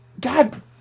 God